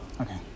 okay